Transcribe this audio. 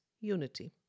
unity